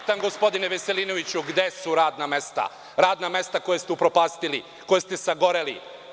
Pitam vas, gospodine Veselinoviću gde su radna mesta, tadna mesta koja ste upropastili, koja ste sagoreli?